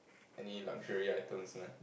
any luxury item meh